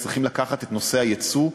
צריכות לקחת את נושא היצוא כאג'נדה.